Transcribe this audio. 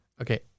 Okay